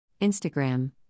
Instagram